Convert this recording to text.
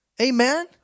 Amen